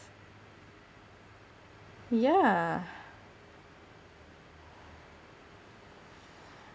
yeah